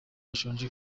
bashonje